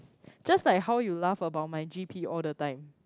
just like how you laugh about my G_P all the time